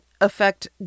affect